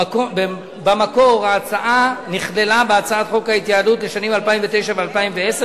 במקור ההצעה נכללה בהצעת חוק ההתייעלות לשנים 2009 ו-2010,